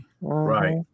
Right